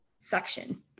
section